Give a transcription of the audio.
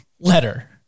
letter